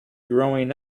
growing